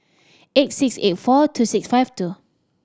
eight six eight four two six five two